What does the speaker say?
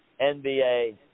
NBA